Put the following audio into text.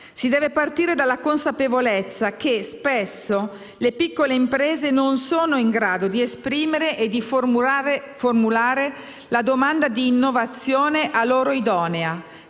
Si deve partire dalla consapevolezza che spesso le piccole imprese non sono in grado di esprimere e di formulare la domanda di innovazione a loro idonea